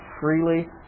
freely